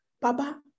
Baba